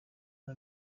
nta